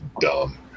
Dumb